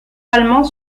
allemand